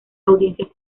audiencias